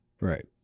Right